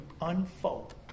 unfold